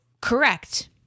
correct